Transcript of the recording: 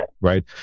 Right